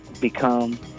become